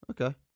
Okay